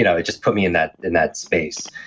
you know it just put me in that in that space.